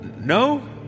No